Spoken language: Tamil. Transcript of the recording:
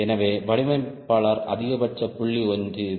எனவே வடிவமைப்பாளர் அதிகபட்ச புள்ளி ஒன்று இது